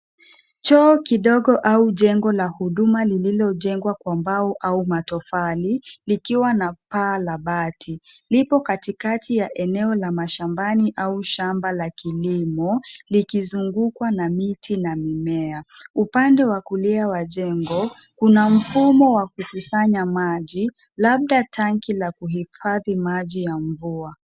Choo kidogo au jengo la huduma lililojengwa kwa mbao au matofali, likiwa na paa la bati. Lipo katikati la eneo la mashambani au shamba la kilimo, likizungukwa na miti na mimea. Upande wa kulia wa jengo kuna mfumo wa kukusanya maji, labda tanki la kuhifadhi maji ya mvua.